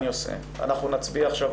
אנחנו עוברים